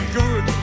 good